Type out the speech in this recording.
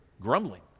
grumbling